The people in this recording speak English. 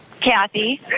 Kathy